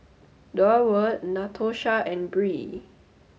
Durward Natosha and Bree